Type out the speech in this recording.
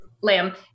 Lamb